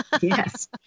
Yes